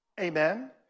Amen